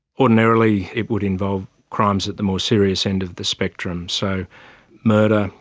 ordinarily it would involve crimes at the more serious end of the spectrum. so murder,